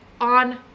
on